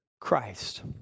Christ